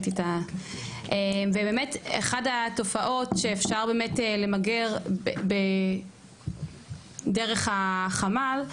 ובאמת אחת התופעות שאפשר באמת למגר דרך החמ"ל,